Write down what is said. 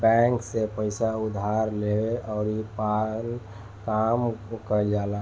bank से पइसा उधार लेके अउरी आपन काम कईल जाला